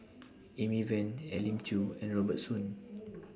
Amy Van Elim Chew and Robert Soon